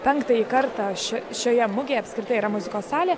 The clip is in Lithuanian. penktąjį kartą šio šioje mugėje apskritai yra muzikos salė